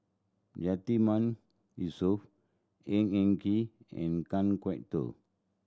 Yatiman Yusof Ng Eng Kee and Kan Kwok Toh